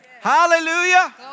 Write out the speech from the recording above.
Hallelujah